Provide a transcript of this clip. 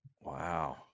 Wow